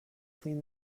clean